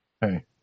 hey